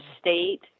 State